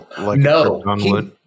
No